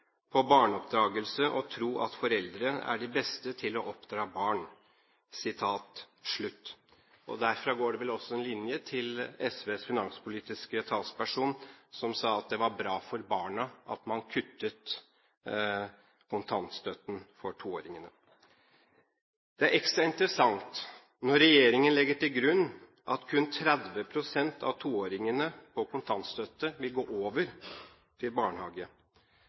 på barneoppdragelse å tro at «foreldre er de beste til å oppdra barn». Derfra går det vel også en linje til SVs finanspolitiske talsperson som sa at det var bra for barna at man kutter kontantstøtten for toåringene. Det er ekstra interessant når regjeringen legger til grunn at kun 30 pst. av toåringene på kontantstøtte vil gå over til barnehage.